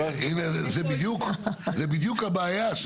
מה שאתה אומר עכשיו, זאת בדיוק הבעיה.